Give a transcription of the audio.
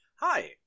Hi